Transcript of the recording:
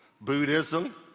Buddhism